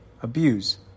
abuse